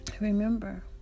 remember